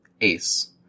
Ace